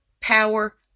power